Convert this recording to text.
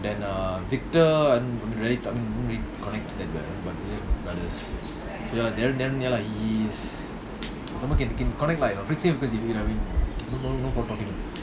then err victor err rarely ta~ I mean not really connect to that well but we just brothers ya darren darren ya lah he he's someone can can connect lah no no problem talking to him